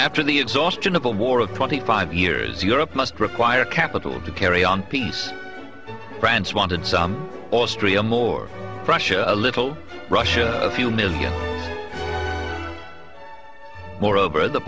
after the exhaustion of a war of twenty five years europe must require capital to carry on peace france wanted some austria more russia a little russia a few million more over the